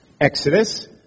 Exodus